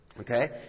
Okay